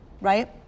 right